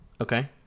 Okay